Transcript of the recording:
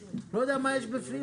אני לא יודע מה יש בפנים,